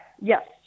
yes